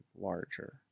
larger